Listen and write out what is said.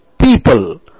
people